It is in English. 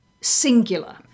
singular